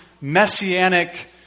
messianic